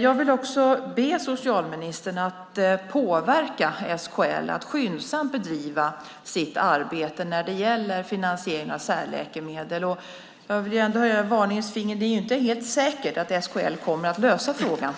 Jag vill också be socialministern att påverka SKL att skyndsamt bedriva sitt arbete när det gäller finansiering av särläkemedel. Jag vill ändå höja ett varningens finger: Det är inte helt säkert att SKL kommer att lösa frågan.